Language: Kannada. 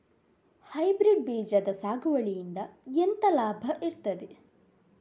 ಹೈಬ್ರಿಡ್ ಬೀಜದ ಸಾಗುವಳಿಯಿಂದ ಎಂತ ಲಾಭ ಇರ್ತದೆ?